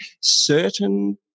certain